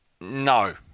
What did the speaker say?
No